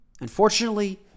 Unfortunately